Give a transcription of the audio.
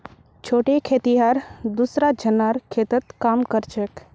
छोटे खेतिहर दूसरा झनार खेतत काम कर छेक